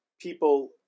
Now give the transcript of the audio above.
people